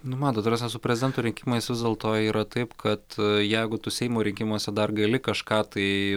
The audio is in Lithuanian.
nu matot ta prasme su prezidento rinkimais vis dėlto yra taip kad jeigu tu seimo rinkimuose dar gali kažką tai